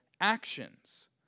actions